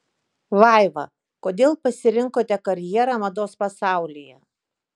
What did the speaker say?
vaiva kodėl pasirinkote karjerą mados pasaulyje